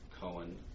Cohen